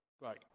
right